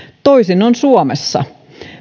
toisin on suomessa